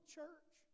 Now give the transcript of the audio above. church